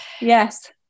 Yes